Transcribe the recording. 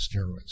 steroids